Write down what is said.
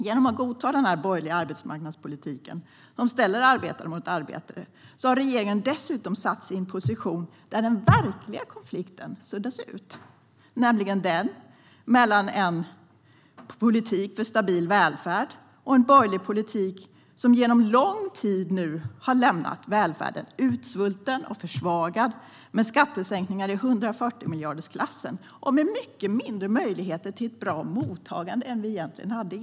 Genom att godta denna borgerliga arbetsmarknadspolitik som ställer arbetare mot arbetare har regeringen dessutom satt sig i en position där den verkliga konflikten suddas ut, nämligen den mellan en politik för stabil välfärd och en borgerlig politik som under lång tid har lämnat välfärden utsvulten och försvagad, med skatteskattningar i 140-miljardersklassen och med mycket mindre möjligheter till ett bra mottagande än vi hade tidigare.